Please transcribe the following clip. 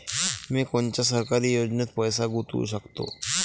मी कोनच्या सरकारी योजनेत पैसा गुतवू शकतो?